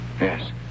Yes